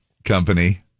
Company